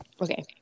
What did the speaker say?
Okay